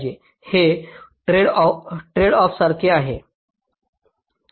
हे ट्रेडऑफसारखे आहे